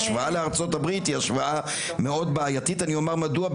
ההשוואה לארצות הברית היא השוואה מאוד בעייתית ואומר מדוע.